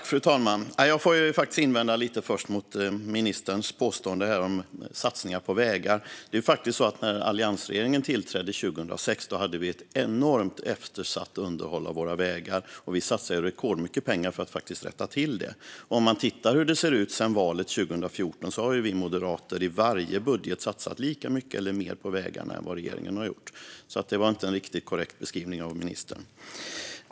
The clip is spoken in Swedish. Fru talman! Låt mig först invända lite grann mot ministerns påstående om satsningar på vägar. Det är faktiskt så att när alliansregeringen tillträdde 2006 var det ett enormt eftersatt underhåll av våra vägar. Vi satsade rekordmycket pengar för att rätta till det. Om man tittar på hur det har sett ut sedan valet 2014 ser man att vi moderater i varje budget har satsat lika mycket eller mer på vägarna än vad regeringen har gjort, så det där var inte en riktigt korrekt beskrivning av ministern.